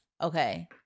Okay